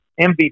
MVP